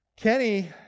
Kenny